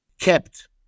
kept